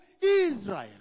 Israel